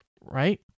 right